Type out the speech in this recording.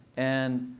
and